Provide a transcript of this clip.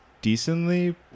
decently